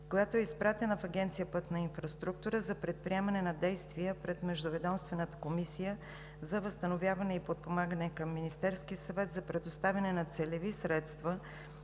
която е изпратена в Агенция „Пътна инфраструктура“, за предприемане на действия пред Междуведомствената комисия за възстановяване и подпомагане към Министерски съвет за предоставяне на целеви средства